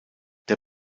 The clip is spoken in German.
der